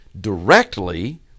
directly